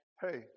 hey